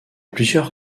plusieurs